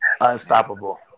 Unstoppable